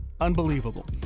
unbelievable